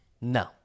No